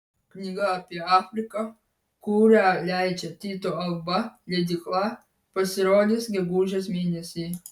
knyga apie afriką kurią leidžia tyto alba leidykla pasirodys gegužės mėnesį